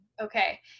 Okay